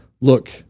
look